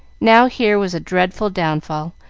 now here was a dreadful downfall,